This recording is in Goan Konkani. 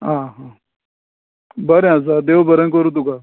आं बरें आसा देव बरें करूं तुका